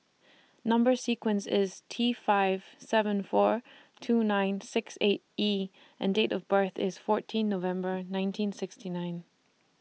Number sequence IS T five seven four two nine six eight E and Date of birth IS fourteen November nineteen sixty nine